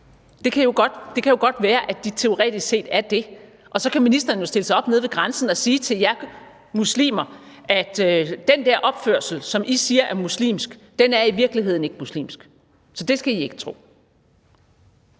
Det kan jo godt være, at de teoretisk set er det. Og så kan ministeren jo stille sig op nede ved grænsen og sige til muslimerne: Den opførsel, som I siger er muslimsk, er i virkeligheden ikke muslimsk, så det skal I ikke tro.